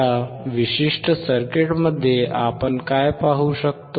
या विशिष्ट सर्किटमध्ये आपण काय पाहू शकतो